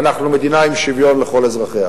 אנחנו מדינה עם שוויון לכל אזרחיה.